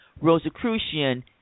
Rosicrucian